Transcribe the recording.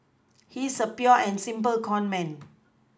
he's a pure and simple conman